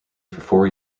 four